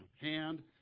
hand